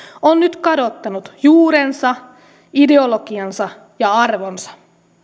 on nyt kadottanut juurensa ideologiansa ja arvonsa